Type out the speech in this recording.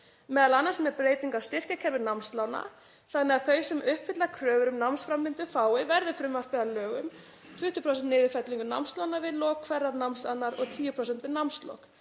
átt, m.a. með breytingu á styrkjakerfi námslána, þannig að þau sem uppfylla kröfur um námsframvindu fái, verði frumvarpið að lögum, 20% niðurfellingu námslána við lok hverrar námsannar og 10% við námslok.